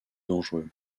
dangereux